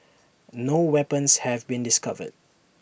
no weapons have been discovered